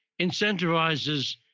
incentivizes